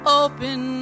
open